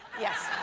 yes.